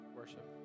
worship